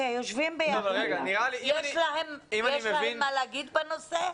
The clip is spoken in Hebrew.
יש להם מה להגיד בנושא?